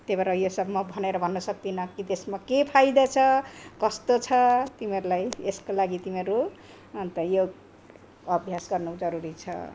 त्यही भएर यो सब म भनेर भन्न सक्दिनँ कि त्यसमा के फाइदा छ कस्तो छ तिमीहरूई यसको लागि तिमाीहरू अन्त योग अभ्यास गर्नु जरुरी छ